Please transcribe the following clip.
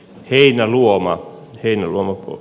heinäluoma kello